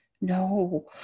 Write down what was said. no